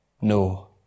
No